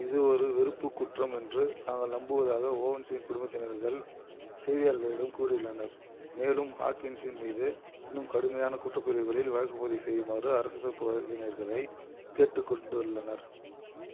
இது ஒரு வெறுப்புக் குற்றம் என்று தாங்கள் நம்புவதாக ஓவன்ஸின் குடும்பத்தினர்கள் செய்தியாளர்களிடம் கூறியுள்ளனர் மேலும் ஹாக்கின்ஸின் மீது இன்னும் கடுமையான குற்றப்பிரிவுகளில் வழக்குப்பதிவு செய்யுமாறு அரசுத் தரப்பு வழக்கறிஞர்களைக் கேட்டுக்கொண்டுள்ளனர்